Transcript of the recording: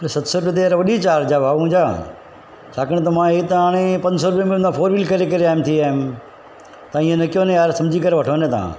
सत सौ रुपया त वॾी चार्ज आहे भाऊ मुंहिंजा छाकाणि त मां हे त हाणे पंज सौ रुपया त फोर वीलर करे करे आयुमि थी आयुमि तव्हां इअं न कयो न यार सम्झी करे वठो न तव्हां